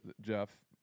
Jeff